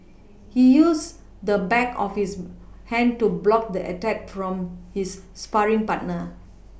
he used the back of his hand to block the attack from his sparring partner